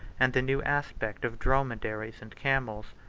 and the new aspect of dromedaries and camels.